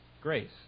grace